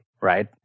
right